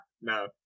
No